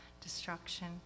destruction